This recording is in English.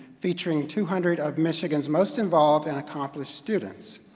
featuring two hundred of michigan's most involved and accomplished students.